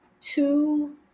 two